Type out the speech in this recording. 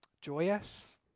Joyous